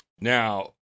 Now